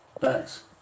thanks